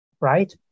right